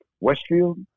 Westfield